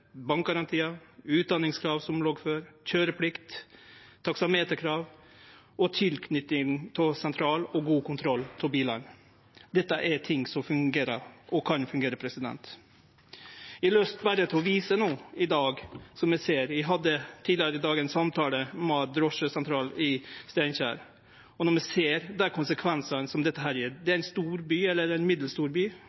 bankgarantiar, utdanningskrav som før, køyreplikt, taksameterkrav, tilknyting til sentral og god kontroll av bilane. Dette er ting som fungerer og kan fungere. Eg har lyst til å vise til ein samtale eg hadde tidlegare i dag med ein drosjesentral i Steinkjer, om dei konsekvensane som dette gjev. Dette er